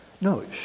No